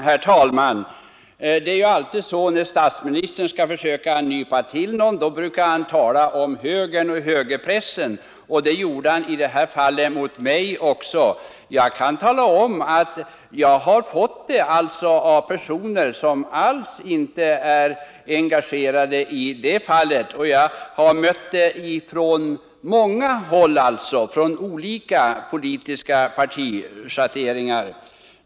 Herr talman! När statsministern skall försöka nypa till någon brukar han alltid tala om högern och högerpressen, och det gjorde han nu gentemot mig också. Jag kan tala om att jag har fått kännedom om den här reaktionen av personer som alls inte är engagerade i det fallet, och jag har mött samma reaktion från många håll med olika politiska partischatteringar.